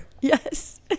Yes